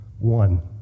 one